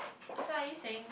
so are you saying